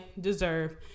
deserve